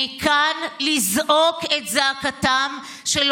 אני כאן לזעוק את זעקתם, תודה.